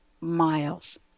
miles